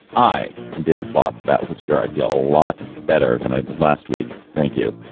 i david plotz about the obscure. i feel a lot better than i did last week thank you.